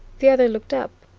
the other looked up.